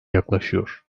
yaklaşıyor